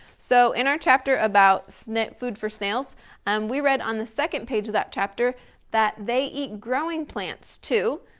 so in our chapter about snack food for snails and we read on the second page of that chapter that they eat growing plants too.